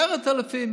10,000,